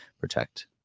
protect